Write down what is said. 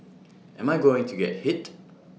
am I going to get hit